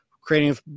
creating